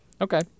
Okay